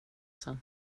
sen